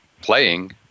playing